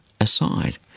aside